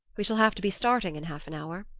we shall have to be starting in half an hour.